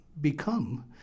become